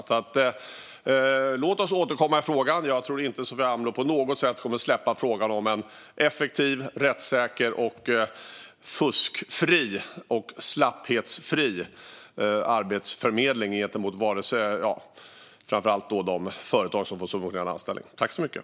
Låt oss återkomma i frågan! Jag tror inte att Sofia Amloh på något sätt kommer att släppa frågan om en effektiv, rättssäker och fusk och slapphetsfri arbetsförmedling, framför allt inte när det gäller de företag som får subventionerad anställning beviljad.